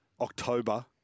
October